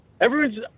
everyone's